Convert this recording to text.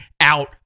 out